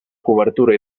cobertura